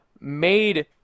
made